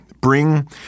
Bring